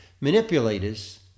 Manipulators